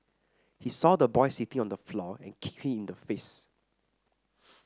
he saw the boy sitting on the floor and kicked him in the face